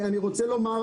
אני רוצה לומר,